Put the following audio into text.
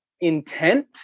intent